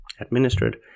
administered